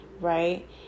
right